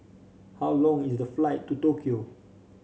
how long is the flight to Tokyo